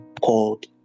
called